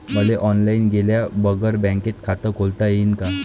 मले ऑनलाईन गेल्या बगर बँकेत खात खोलता येईन का?